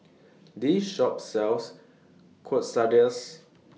This Shop sells Quesadillas